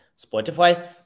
spotify